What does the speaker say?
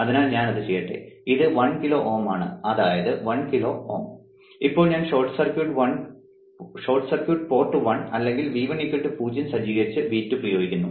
അതിനാൽ ഞാൻ അത് ചെയ്യട്ടെ ഇത് 1 കിലോ Ω ആണ് അതായത് 1 കിലോ Ω ഇപ്പോൾ ഞാൻ ഷോർട്ട് സർക്യൂട്ട് പോർട്ട് 1 അല്ലെങ്കിൽ V1 0 സജ്ജീകരിച്ച് V2 പ്രയോഗിക്കുന്നു